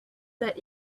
that